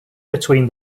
between